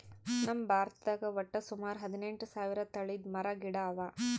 ನಮ್ ಭಾರತದಾಗ್ ವಟ್ಟ್ ಸುಮಾರ ಹದಿನೆಂಟು ಸಾವಿರ್ ತಳಿದ್ ಮರ ಗಿಡ ಅವಾ